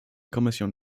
kommission